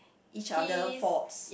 each other faults